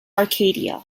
arcadia